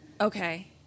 Okay